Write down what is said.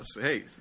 Hey